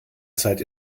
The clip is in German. zeit